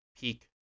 peak